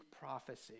prophecy